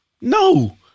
No